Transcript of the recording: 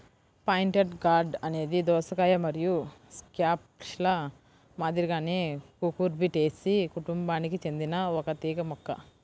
pointed gourd అనేది దోసకాయ మరియు స్క్వాష్ల మాదిరిగానే కుకుర్బిటేసి కుటుంబానికి చెందిన ఒక తీగ మొక్క